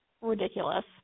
ridiculous